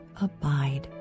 abide